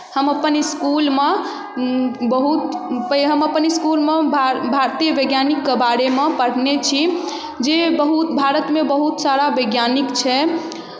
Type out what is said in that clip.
हम अपन इस्कुलमे बहुत हम अपन इस्कुलमे भा भारतीय वैज्ञानिकके बारेमे पढ़ने छी जे बहुत भारतमे बहुत सारा वैज्ञानिक छै